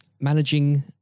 managing